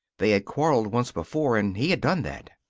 they had quarreled once before, and he had done that.